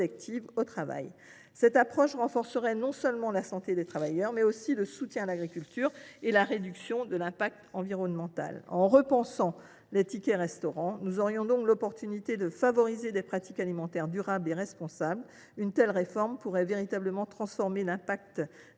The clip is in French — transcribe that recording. au travail. Cette approche renforcerait non seulement la santé des travailleurs, mais également le soutien à l’agriculture et la réduction de l’impact environnemental. En repensant les tickets restaurant, nous aurions donc l’occasion de favoriser des pratiques alimentaires durables et responsables. Une telle réforme pourrait véritablement transformer l’impact